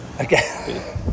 okay